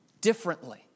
differently